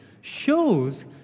shows